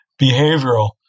behavioral